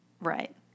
Right